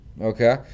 okay